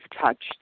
touched